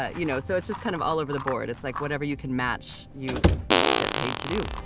ah you know, so it's just kind of all over the board. it's like whatever you can match, you you get paid to do